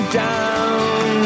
down